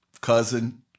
cousin